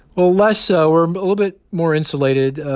well, less so, or a little bit more insulated,